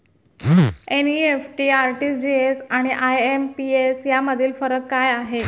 NEFT, RTGS आणि IMPS यामधील फरक काय आहे?